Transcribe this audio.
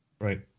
Right